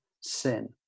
sin